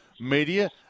media